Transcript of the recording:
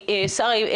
שרה,